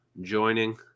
joining